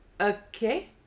Okay